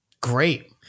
Great